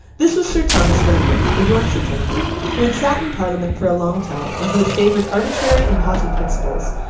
this was sir thomas wentworth, a yorkshire gentleman, who had sat in parliament for a long time, and who had favoured arbitrary and haughty principles,